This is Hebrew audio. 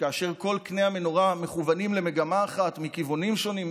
שכל קני המנורה מכוונים למגמה אחת מכיוונים שונים,